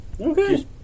Okay